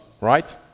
right